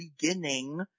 beginning